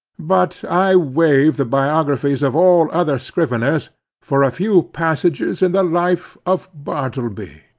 but i waive the biographies of all other scriveners for a few passages in the life of bartleby,